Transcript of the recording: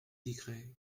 décrets